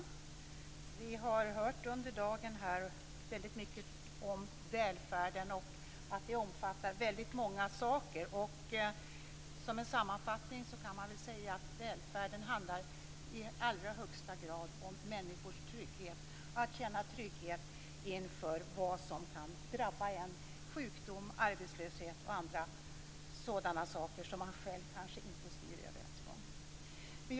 Fru talman! Vi har under dagen hört mycket om välfärden och att den omfattar många saker. Som en sammanfattning kan man säga att välfärden i allra högsta grad handlar om människors trygghet. Man skall känna trygghet när det gäller sådant som man kan drabbas av: sjukdom, arbetslöshet och andra saker som man kanske inte själv styr över.